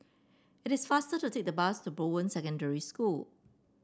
it is faster to take the bus to Bowen Secondary School